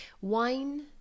wine